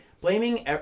blaming